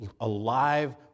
alive